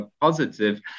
positive